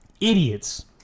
idiots